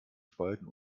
spalten